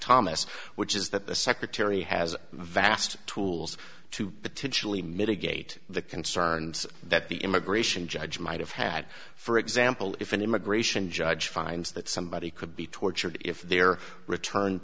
thomas which is that the secretary has vast tools to potentially mitigate the concerns that the immigration judge might have had for example if an immigration judge finds that somebody could be tortured if they are returned